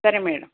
సరే మేడం